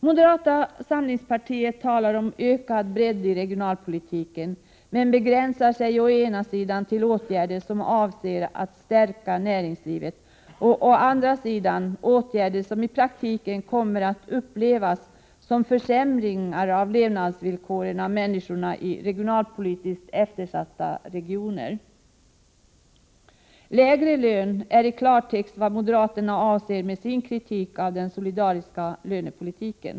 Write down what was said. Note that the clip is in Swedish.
Moderata samlingspartiet talar om ökad bredd i regionalpolitiken men begränsar sig till å ena sidan åtgärder som avser att stärka näringslivet och å andra sidan åtgärder som i praktiken kommer att upplevas som försämringar av levnadsvillkoren av människorna i regionalpolitiskt eftersatta regioner. Lägre lön — det är i klartext vad moderaterna avser med sin kritik av den solidariska lönepolitiken.